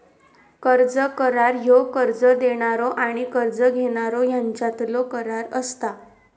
कर्ज करार ह्यो कर्ज देणारो आणि कर्ज घेणारो ह्यांच्यातलो करार असता